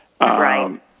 Right